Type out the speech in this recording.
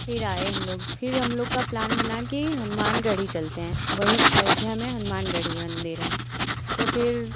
फिर आए हम लोग फिर हम लोग का प्लान बना की हनुमानगढ़ी चलते हैं वहीं अयोध्या में हनुमानगढ़ी मंदिर है तो फिर